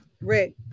Rick